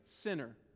sinner